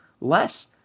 less